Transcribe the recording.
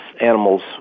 animals